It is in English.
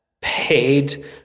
paid